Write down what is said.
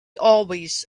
always